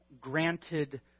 granted